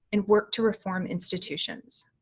and work to reform institutions.